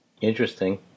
Interesting